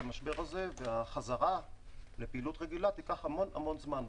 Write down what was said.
החזרה לפעילות רגילה תיקח המון זמן.